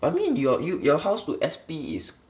I mean your you your house to S_P is